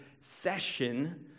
session